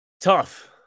tough